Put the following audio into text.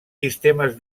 sistemes